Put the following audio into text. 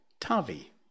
Tavi